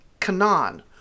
Canaan